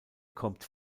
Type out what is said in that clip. kommt